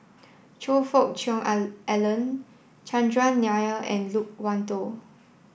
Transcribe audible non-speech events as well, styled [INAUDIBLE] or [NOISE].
Choe Fook Cheong [UNINTELLIGIBLE] Alan Chandran Nair and Loke Wan Tho